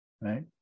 right